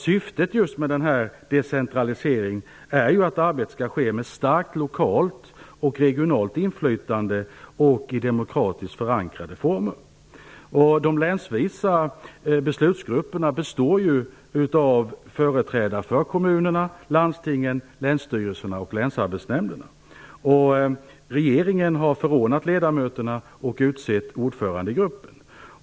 Syftet med decentraliseringen är ju att arbetet skall ske med starkt lokalt och regionalt inflytande och i demokratiskt förankrade former. De länsvisa beslutsgrupperna består ju av företrädare för kommunerna, landstingen, länsstyrelserna och länsarbetsnämnderna. Regeringen har förordnat ledamöterna och utsett ordförande i grupperna.